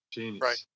right